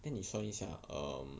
then 你算一下 um